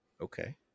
Okay